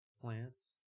plants